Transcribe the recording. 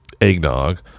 Eggnog